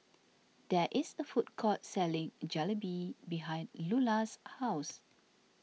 there is a food court selling Jalebi behind Lulla's house